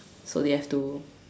so they have to